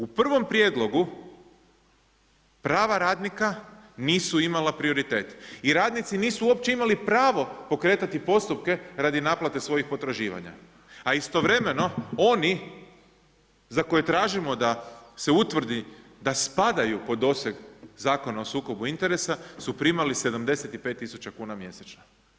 U prvom prijedlogu prava radnika nisu imala prioritet i radnici uopće nisu imali pravo pokretati postupke radi naplate svojih potraživanja, a istovremeno oni za koje tražimo da se utvrdi da spadaju pod doseg Zakona o sukobu interesa su primali 75.000 kuna mjesečno.